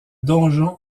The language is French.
donjon